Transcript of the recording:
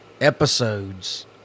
episodes